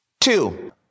Two